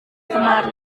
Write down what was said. kemari